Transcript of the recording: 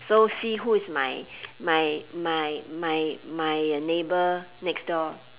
so see who is my my my my my neighbor next door